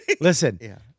Listen